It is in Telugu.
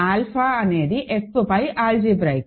ఆల్ఫా అనేది F పై ఆల్జీబ్రాయిక్